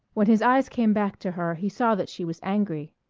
when his eyes came back to her he saw that she was angry.